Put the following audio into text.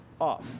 off